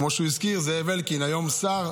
כמו שהוא הזכיר, מזאב אלקין, שהיום הוא שר.